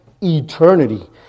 eternity